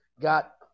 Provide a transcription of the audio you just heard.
got